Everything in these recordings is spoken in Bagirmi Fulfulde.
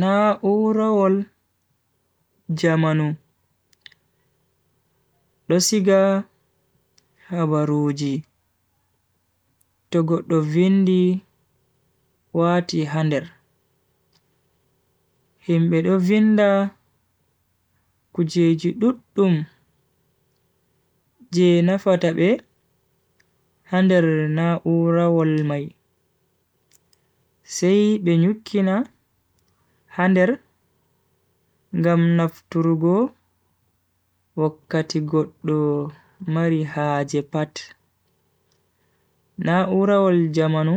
na'u'rawol jamanu dosiga habaruji togo tovindi wati hander himbedo vinda kuji jidutum je na fatabe hander na'u'rawol mai sehi benyukkina hander gam nafturugo okatigodu marihajepat na'u'rawol jamanu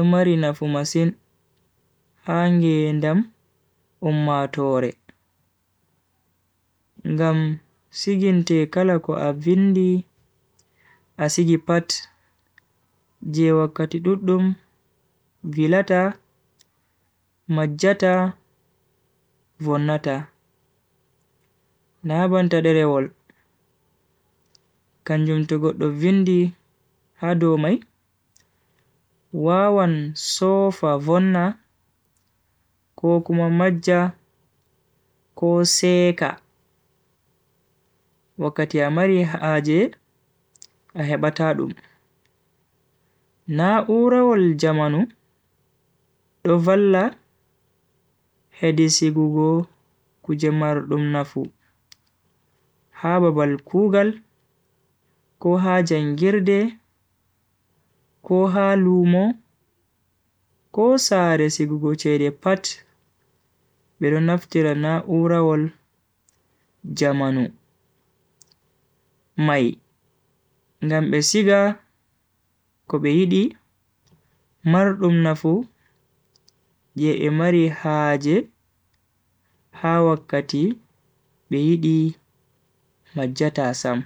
umari nafumasin hangi endam umatore gam siginte kalako habvindi asigipat asigipat je wakatidudum vilata magyata wonata na'u'rawol jamanu umari na'u'rawol kanjum togo tovindi hado mai wawan sofa wona ko kuma magya ko seka wakatia marihajepa na'u'rawol jamanu tovala hadi sigugo kuja maru dum nafu hababal kuugal ko hajan girde ko ha lumo ko saresigugo chere pat veronaftirana'u'rawol jamanu mai gam besiga ko behidi maru dum nafu je emari hajepa wakatil behidi magyata asam